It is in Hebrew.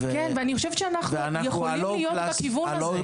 ואני חושבת שאנחנו יכולים להיות בכיוון הזה.